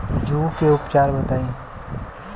जूं के उपचार बताई?